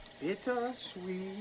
bittersweet